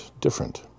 different